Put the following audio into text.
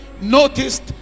noticed